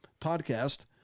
podcast